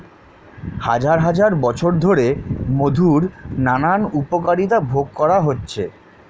হাজার হাজার বছর ধরে মধুর নানান উপকারিতা ভোগ করা হচ্ছে